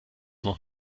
noch